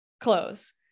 close